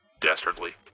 Dastardly